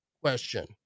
question